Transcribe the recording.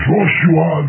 Joshua